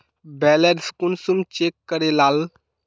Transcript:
Balance कुंसम check करे लाल?